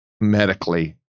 medically